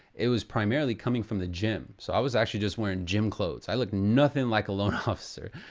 it was primarily coming from the gym. so i was actually just wearing gym clothes. i look nothing like a loan officer,